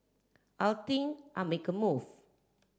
I'll think I'll make a move